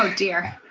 um dear.